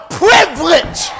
privilege